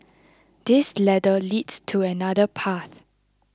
this ladder leads to another path